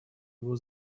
его